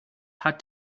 had